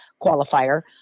qualifier